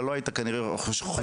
לא היית כנראה חוזר על הדברים האלה.